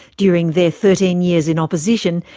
during their thirteen years in opposition,